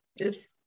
oops